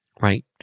right